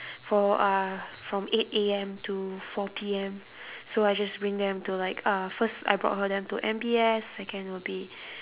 for uh from eight A_M to four P_M so I just bring them to like uh first I brought her them to M_B_S second will be